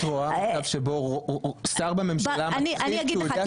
את רואה מצב שבו שר בממשלה -- אני אגיד לך,